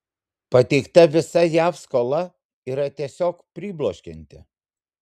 pateikta visa jav skola yra tiesiog pribloškianti